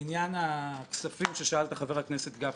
לעניין הכספים ששאלת, חבר הכנסת גפני.